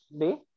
day